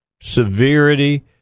Severity